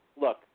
look